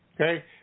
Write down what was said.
Okay